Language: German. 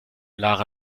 lara